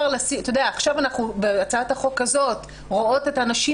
עכשיו בהצעת החוק הזה אנחנו רואות את הנשים